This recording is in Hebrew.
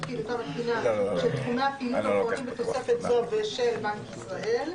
פעילותם התקינה של תחומי הפעילות המפורטים בתוספת זו ושל בנק ישראל,